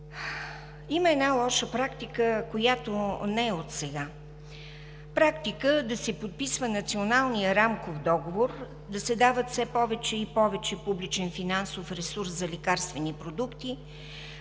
Има една лоша практика, която не е отсега, при подписване на Националния рамков договор да се дава все повече и повече публичен финансов ресурс за лекарствени продукти,